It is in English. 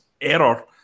error